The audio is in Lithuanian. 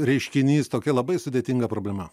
reiškinys tokia labai sudėtinga problema